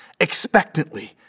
expectantly